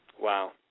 Wow